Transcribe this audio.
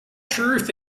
truth